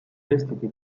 vestiti